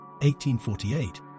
1848